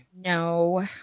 No